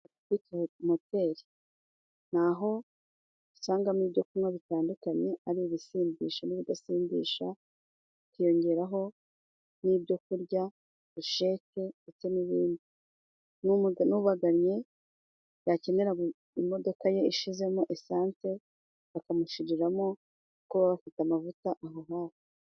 Kurika moteri naho usangamo ibyo kunywa bitandukanye ari ibisindisha n'ibidasindisha hakiyongeraho n'ibyokurya burushete ndetse n'ibindi. Nubagannye yakenera imodoka ye ishizemo esanse bakamushiriramo kuba bafite amavuta aho hoho.